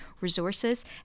resources